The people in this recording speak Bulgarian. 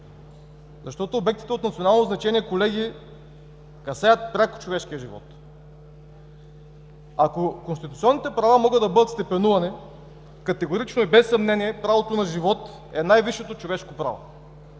защото обектите от национално значение, колеги, касаят пряко човешкия живот! Ако конституционните права могат да бъдат степенувани, категорично, без съмнение правото на живот е най-висшето човешко право.